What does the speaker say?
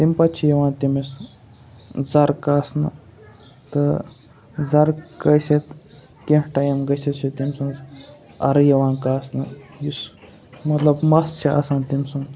تمہ پَتہٕ چھِ یِوان تٔمِس زَرٕ کاسنہٕ تہٕ زَرٕ کٲسِتھ کینٛہہ ٹایِم گٔژھِتھ چھِ تٔمۍ سٕنٛز اَرٕ یِوان کاسنہٕ یُس مَطلَب مَس چھِ آسان تٔمۍ سُنٛد